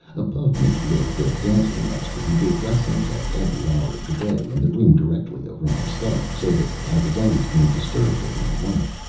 above me lived a dancing-master who gave lessons at every hour of the day in the room directly over my study, so that i was always being disturbed at my work,